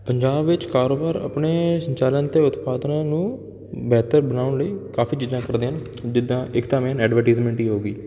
ਪੰਜਾਬ ਵਿੱਚ ਕਾਰੋਬਾਰ ਆਪਣੇ ਸੰਚਾਲਨ ਅਤੇ ਉਤਪਾਦਨਾਂ ਨੂੰ ਬਿਹਤਰ ਬਣਾਉਣ ਲਈ ਕਾਫ਼ੀ ਚੀਜ਼ਾਂ ਕਰਦੇ ਹਨ ਜਿੱਦਾਂ ਇੱਕ ਤਾਂ ਮੇਨ ਐਡਵਰਟੀਜਮੈਂਟ ਹੀ ਹੋ ਗਈ